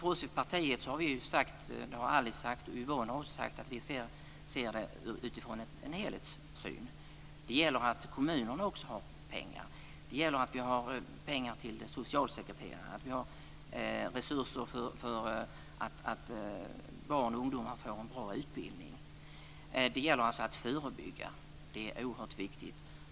Från partiet har vi sagt att vi ser det utifrån en helhetssyn. Det gäller att kommunerna också har pengar. Det gäller att vi har pengar till socialsekreterare, att vi har resurser för att barn och ungdomar kan få en bra utbildning. Det gäller alltså att förebygga. Det är oerhört viktigt.